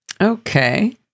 Okay